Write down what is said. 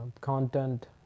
content